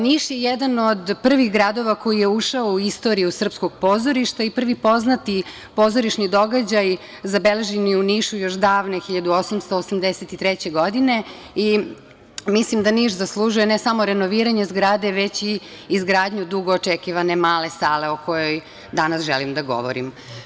Niš je jedan od prvih gradova koji je ušao u istoriju srpskog pozorišta i prvi poznati pozorišni događaj zabeležen je u Nišu još davne 1883. godine i mislim da Niš zaslužuje ne samo renoviranje zgrade, već i izgradnju dugo očekivane male sale o kojoj danas želim da govorim.